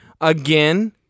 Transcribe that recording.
Again